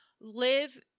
live